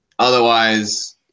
Otherwise